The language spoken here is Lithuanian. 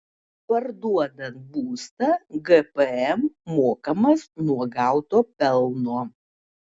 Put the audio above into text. parduodant būstą gpm mokamas nuo gauto pelno